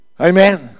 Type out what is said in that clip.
Amen